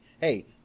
hey